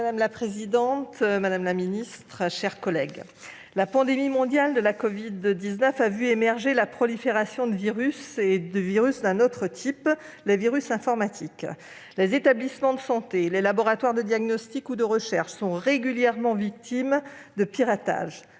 Madame la présidente, madame la ministre, chers collègues, la pandémie mondiale de la covid-19 a vu émerger la prolifération de virus d'un autre type : les virus informatiques. Les établissements de santé, les laboratoires de diagnostic ou de recherche sont régulièrement victimes de piratages.